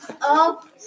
up